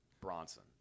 Bronson